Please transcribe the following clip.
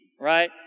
right